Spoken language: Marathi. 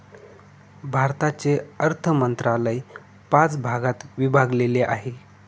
भारताचे अर्थ मंत्रालय पाच भागात विभागलेले आहे